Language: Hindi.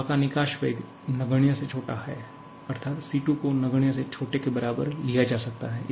हवा का निकास वेग नगण्य से छोटा होता है अर्थात C2 को नगण्य से छोटे के बराबर लिया जा सकता है